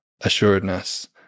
assuredness